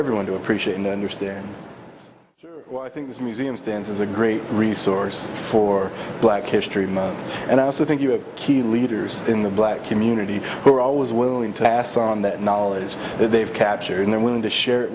everyone to appreciate and understand why i think this museum stands as a great resource for black history month and i also think you have key leaders in the black community who are always willing to pass on that knowledge that they've captured and they're willing to share it